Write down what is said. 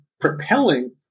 propelling –